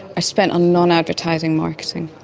ah spent on non-advertising marketing.